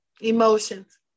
Emotions